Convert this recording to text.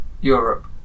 Europe